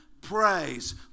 praise